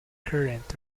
current